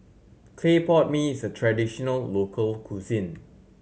clay pot mee is a traditional local cuisine